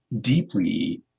deeply